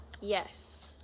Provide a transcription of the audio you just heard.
Yes